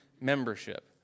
membership